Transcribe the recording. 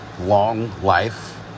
long-life